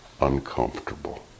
uncomfortable